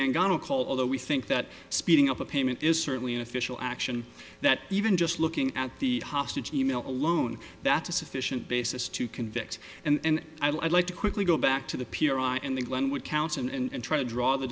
call although we think that speeding up a payment is certainly an official action that even just looking at the hostage e mail alone that's a sufficient basis to convict and i'd like to quickly go back to the p r i and the glenwood counts and try to draw the